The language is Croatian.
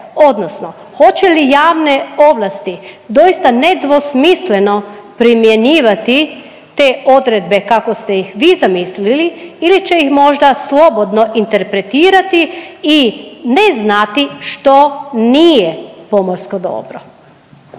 odnosno hoće li javne ovlasti doista nedvosmisleno primjenjivati te odredbe kako ste ih vi zamislili ili će ih možda slobodno interpretirati i ne znati što nije pomorsko dobro?